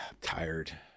Tired